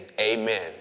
amen